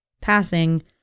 passing